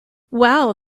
wow